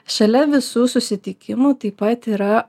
šalia visų susitikimų taip pat yra